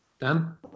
Dan